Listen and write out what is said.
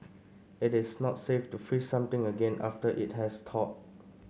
it is not safe to freeze something again after it has thawed